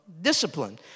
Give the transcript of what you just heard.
discipline